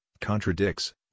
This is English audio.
contradicts